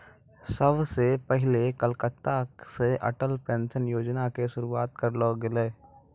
सभ से पहिले कलकत्ता से अटल पेंशन योजना के शुरुआत करलो गेलै